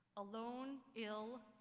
alone, ill,